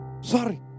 Sorry